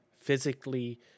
physically